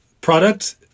product